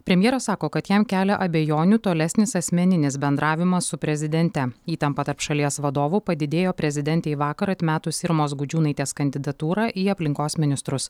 premjeras sako kad jam kelia abejonių tolesnis asmeninis bendravimas su prezidente įtampa tarp šalies vadovų padidėjo prezidentei vakar atmetus irmos gudžiūnaitės kandidatūrą į aplinkos ministrus